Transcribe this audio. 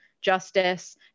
justice